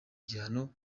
igihano